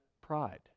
pride